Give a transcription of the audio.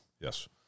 Yes